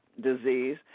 disease